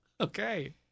Okay